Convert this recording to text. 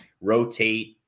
rotate